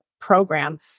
program